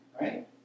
Right